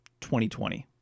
2020